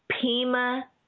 Pima